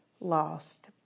lost